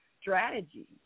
strategy